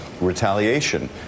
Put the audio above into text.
retaliation